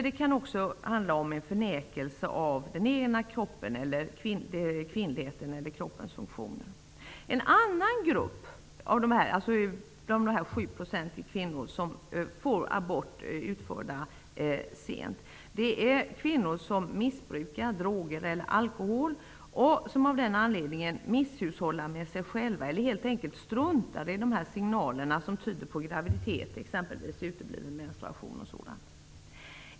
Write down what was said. Det kan också handla om en förnekelse av kvinnligheten eller av kroppens funktioner. En annan grupp av de 7 % kvinnor som gör sena aborter består av kvinnor som missbrukar droger eller alkohol. De misshushållar av den anledningen med sig själva eller struntar helt enkelt i de signaler som tyder på graviditet, exempelvis utebliven menstruation.